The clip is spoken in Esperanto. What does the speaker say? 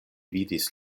vidis